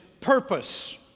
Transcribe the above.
purpose